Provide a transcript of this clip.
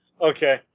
Okay